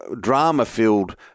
drama-filled